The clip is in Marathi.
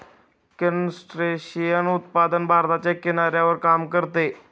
क्रस्टेशियन उत्पादन भारताच्या किनाऱ्यावर काम करते